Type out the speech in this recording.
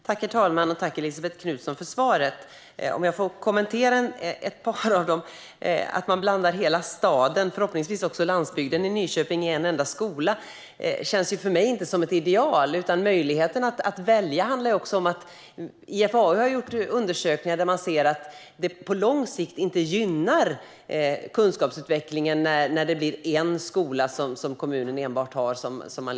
Herr talman! Tack, Elisabet Knutsson, för svaret! Låt mig kommentera ett par saker. Elisabet Knutsson talar om att man blandar hela staden - förhoppningsvis också landsbygden - i Nyköping i en enda skola. Det känns inte som ett ideal för mig. Möjligheten att välja handlar ju också om annat. IFAU har gjort undersökningar där man ser att det på lång sikt inte gynnar kunskapsutvecklingen när kommunen enbart har en enda skola som alla ska gå i.